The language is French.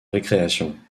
récréation